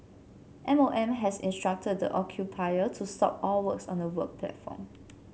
M O M has instructed the occupier to stop all works on the work platform